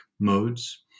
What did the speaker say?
modes